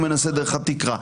הוא מנסה דרך התקרה.